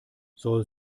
soll